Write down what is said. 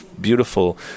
beautiful